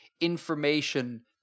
information